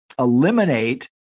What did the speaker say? eliminate